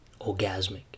orgasmic